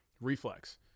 reflex